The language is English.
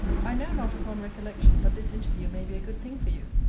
i know not, upon recollection, but this interview may be a good thing for you,